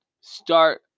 start